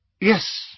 Yes